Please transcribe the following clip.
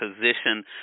position